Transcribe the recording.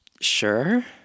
sure